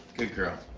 good girl.